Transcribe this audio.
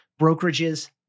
brokerages